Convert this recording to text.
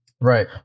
right